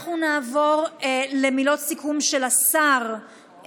אנחנו נעבור למילות סיכום של השר,